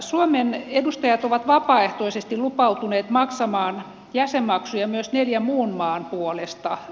suomen edustajat ovat vapaaehtoisesti lupautuneet maksamaan jäsenmaksuja myös neljän muun maan puolesta